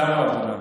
שר העבודה.